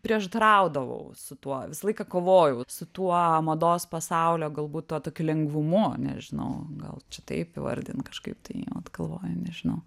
prieštaraudavau su tuo visą laiką kovojau su tuo mados pasaulio galbūt tuo tokiu lengvumu nežinau gal čia taip įvardint kažkaip tai vat galvoju nežinau